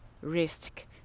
risk